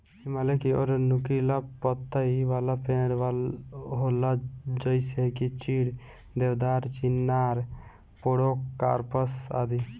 हिमालय की ओर नुकीला पतइ वाला पेड़ होला जइसे की चीड़, देवदार, चिनार, पोड़ोकार्पस आदि